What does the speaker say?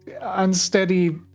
unsteady